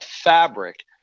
fabric